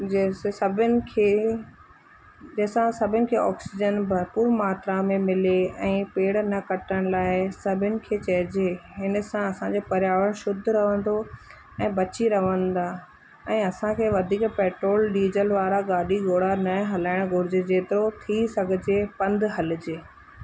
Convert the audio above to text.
जंहिं सां सभिनी खे जंहिं सां सभिनी खे ऑक्सीजन भरपूर मात्रा में मिले ऐं पेड़ न कटण लाइ सभिनी खे चइजे हिन सां असांजे पर्यावरण शुद्ध रहंदो ऐं बची रहंदा ऐं असांखे वधीक पैट्रोल डीजल वारा गाॾी घोड़ा न हलाइण घुरिजे जेतिरो थी सघिजे पंधु हलिजे